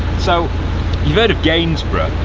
so you've heard of gainsborough?